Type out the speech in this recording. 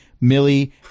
Millie